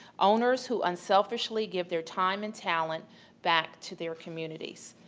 owners who unselfishly give their time and talent back to their communities,